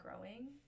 growing